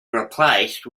replaced